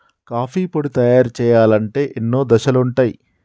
coffee పొడి తయారు చేయాలంటే ఎన్నో దశలుంటయ్